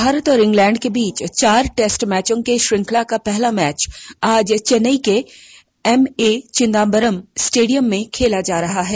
भारत और इंग्लैड के बीच चार टेस्ट मैचों के श्रृंखला का पहला मैच आज चेन्नई के एमए चिदम्बरम स्टेडियम में खेला जा रहा है